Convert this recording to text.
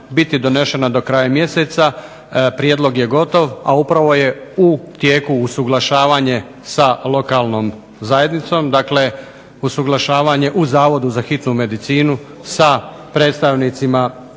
biti donešena do kraja mjeseca, prijedlog je gotov a upravo je u tijeku usuglašavanje sa lokalnom zajednicom, dakle usuglašavanje u zavodu za hitnu medicinu sa predstavnicima